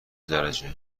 درجه